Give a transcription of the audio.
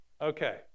Okay